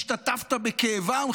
השתתפת בכאבם,